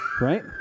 right